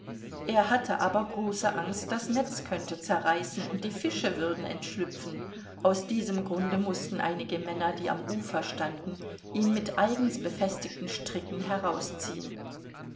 er hatte aber große angst das netz könnte zerreißen und die fische würden entschlüpfen aus diesem grunde mußten einige männer die am ufer standen ihn mit eigens befestigten stricken herausziehen